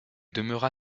demeura